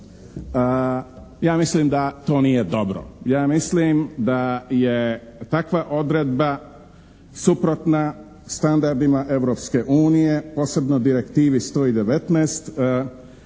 Ja mislim da to nije dobro. Ja mislim da je takva odredba suprotna standardima Europske uniji, posebno direktivi 119